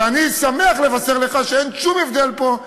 ואני שמח לבשר לך שאין שום הבדל פה.